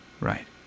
Right